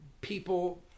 people